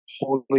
holy